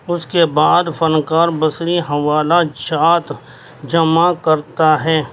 اس کے بعد فنکار بصری حوالا جات جمع کرتا ہے